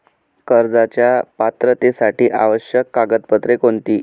कर्जाच्या पात्रतेसाठी आवश्यक कागदपत्रे कोणती?